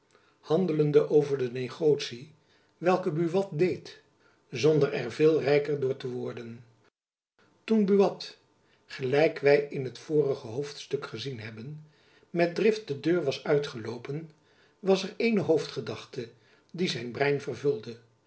handelende over de negotie welke buat deed zonder er veel rijker door te worden toen buat gelijk wy in liet vorige hoofdstuk gezien hebben met drift de deur was uitgeloopen was er eene hoofdgedachte die zijn brein vervulde